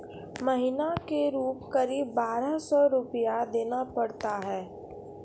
महीना के रूप क़रीब बारह सौ रु देना पड़ता है?